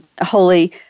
holy